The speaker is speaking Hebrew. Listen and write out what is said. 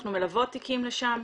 אנחנו מלוות תיקים לשם.